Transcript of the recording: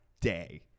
day